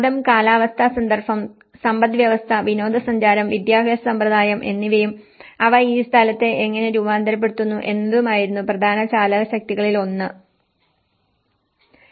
മതം കാലാവസ്ഥാ സന്ദർഭം സമ്പദ്വ്യവസ്ഥ വിനോദസഞ്ചാരം വിദ്യാഭ്യാസ സമ്പ്രദായം എന്നിവയും അവ ഈ സ്ഥലത്തെ എങ്ങനെ രൂപാന്തരപ്പെടുത്തുന്നു എന്നതുമായിരുന്നു പ്രധാന ചാലകശക്തികളിൽ ചിലത്